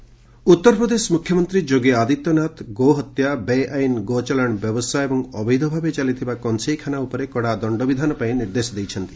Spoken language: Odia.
ଯୋଗୀ ବ୍ରଲନ୍ସର ଉତ୍ତର ପ୍ରଦେଶ ମୁଖ୍ୟମନ୍ତ୍ରୀ ଯୋଗୀ ଆଦିତ୍ୟନାଥ ଗୋହତ୍ୟା ବେଆଇନ୍ ଗୋଚାଲାଣ ବ୍ୟବସାୟ ଏବଂ ଅବୈଧଭାବେ ଚାଲିଥିବା କଂସେଇଖାନା ଉପରେ କଡ଼ା ଦଶ୍ତବିଧାନ ପାଇଁ ନିର୍ଦ୍ଦେଶ ଦେଇଛନ୍ତି